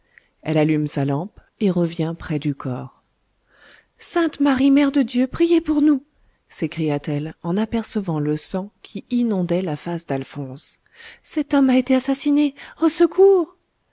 elle allume sa lampe et revient près du corps sainte marie mère de dieu priez pour nous s'écria-t-elle en apercevant le sang qui inondait la face d'alphonse cet homme a été assassiné au secours